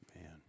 Man